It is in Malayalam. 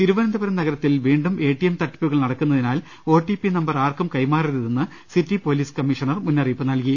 തിരുവനന്തപുരം നഗരത്തിൽ വീണ്ടും എടിഎം തട്ടിപ്പുകൾ നട ക്കുന്നതിനാൽ ഒടിപി നമ്പർ ആർക്കും കൈമാറരുതെന്ന് സിറ്റി പൊലീസ് മുന്നറിയിപ്പ് നൽകി